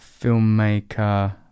filmmaker